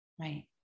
right